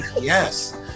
Yes